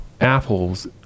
apple's